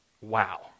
wow